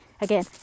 again